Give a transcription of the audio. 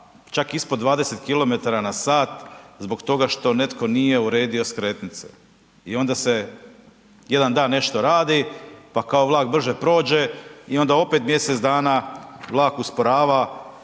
čak ispod 20 km na sat zbog toga što netko nije uredio skretnice. I onda se jedan dan nešto radi, pa kao vlak brže prođe i onda opet mjesec dana vlak usporava